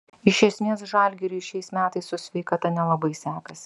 iš esmės žalgiriui šiais metais su sveikata nelabai sekasi